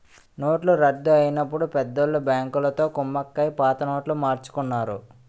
నోట్ల రద్దు అయినప్పుడు పెద్దోళ్ళు బ్యాంకులతో కుమ్మక్కై పాత నోట్లు మార్చుకున్నారు